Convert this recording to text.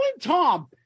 Tom